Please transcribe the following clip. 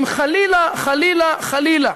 אם חלילה, חלילה, חלילה,